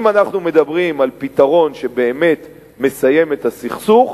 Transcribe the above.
אם אנחנו מדברים על פתרון שבאמת מסיים את הסכסוך,